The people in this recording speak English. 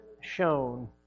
shown